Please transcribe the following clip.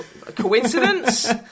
coincidence